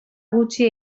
gutxi